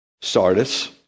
Sardis